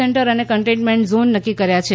centre અને containment zone નક્કી કર્યા છે